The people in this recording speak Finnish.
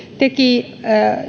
teki